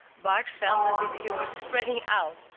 bart felt as if he were spreading out,